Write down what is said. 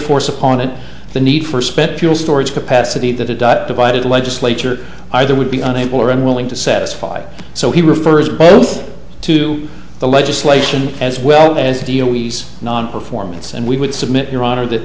force upon it the need for spent fuel storage capacity that a dot divided legislature either would be unable or unwilling to satisfy so he refers both to the legislation as well as the nonperformance and we would submit your honor that